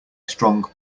strong